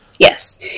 Yes